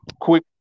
quick